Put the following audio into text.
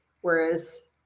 whereas